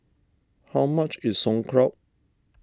how much is Sauerkraut